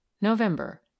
November